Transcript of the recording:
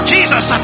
Jesus